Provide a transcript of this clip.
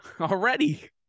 already